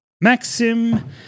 Maxim